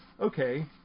okay